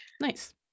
Nice